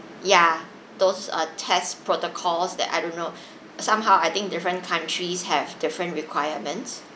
ya those are test protocols that I don't know somehow I think different countries have different requirements